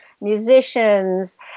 musicians